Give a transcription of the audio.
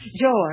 George